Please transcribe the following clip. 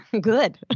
Good